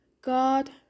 God